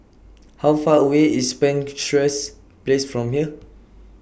How Far away IS Penshurst Place from here